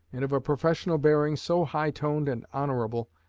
and of a professional bearing so high-toned and honorable,